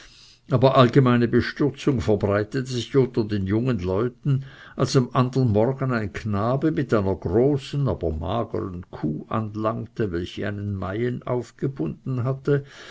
aber allgemeine bestürzung verbreitete sich unter den jungen leuten als am folgenden morgen ein knabe mit einer großen aber magern kuh anlangte welche einen meyen aufgebunden hatte